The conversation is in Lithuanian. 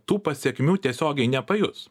tų pasekmių tiesiogiai nepajus